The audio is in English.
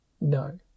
no